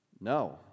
No